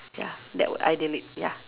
ya that would I delete ya